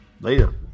Later